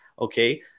okay